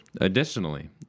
Additionally